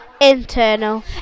Internal